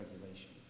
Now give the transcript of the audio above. regulation